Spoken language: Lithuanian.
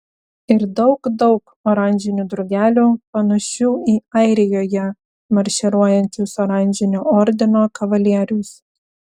ir daug daug oranžinių drugelių panašių į airijoje marširuojančius oranžinio ordino kavalierius